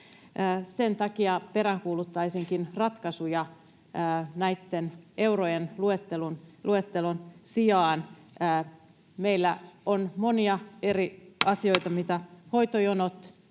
Sen takia peräänkuuluttaisinkin ratkaisuja näitten eurojen luettelun sijaan. Meillä on monia eri asioita, kuten hoitojonot.